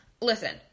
listen